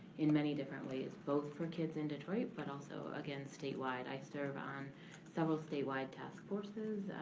in many different ways, both for kids in detroit, but also, again statewide. i serve on several statewide task forces.